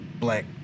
black